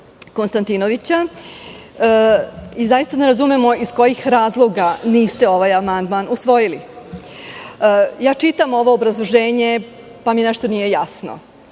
Konstantinovića. Zaista ne razumemo iz kojih razloga niste ovaj amandman usvojili. Čitav ovo obrazloženje pa mi nešto nije jasno.